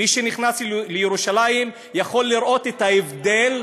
מי שנכנס לירושלים יכול לראות את ההבדל,